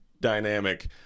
dynamic